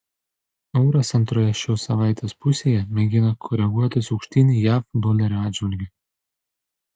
euras antroje šio savaitės pusėje mėgina koreguotis aukštyn jav dolerio atžvilgiu